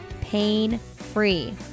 pain-free